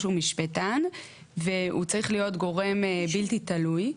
הוא משפטן והוא צריך להיות גורם בלתי תלוי,